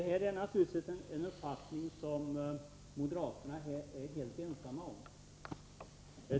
Herr talman! Den uppfattningen är moderaterna helt ensamma om.